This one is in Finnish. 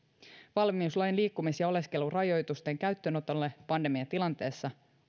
valmiuslain liikkumis ja oleskelurajoitusten käyttöönotolle pandemiatilanteessa